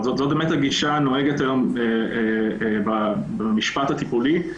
זו הגישה הנהוגה היום במשפט הטיפולי.